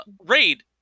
Raid